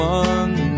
one